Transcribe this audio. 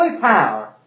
power